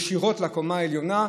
ישירות לקומה העליונה,